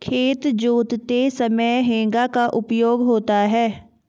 खेत जोतते समय हेंगा का उपयोग होता है